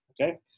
Okay